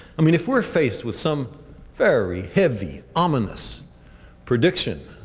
i mean, if we are faced with some very heavy, ominous prediction,